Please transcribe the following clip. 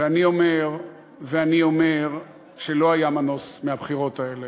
ואני אומר שלא היה מנוס מהבחירות האלה,